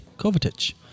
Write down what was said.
Kovacic